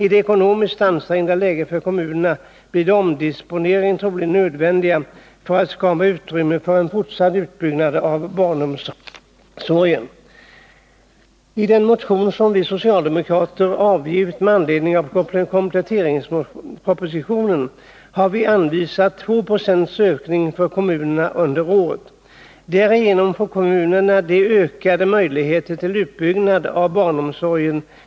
I det ekonomiskt ansträngda läget för kommunerna blir omdisponeringar troligen nödvändiga för att skapa utrymme för en fortsatt utbyggnad av barnomsorgen.” I den motion som vi socialdemokrater avgivit med anledning av kompletteringspropositionen har vi anvisat 2 Zo ökning för kommunerna under året. Därigenom får kommunerna ökade möjligheter till utbyggnad av barnomsorgen.